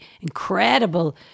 incredible